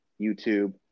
YouTube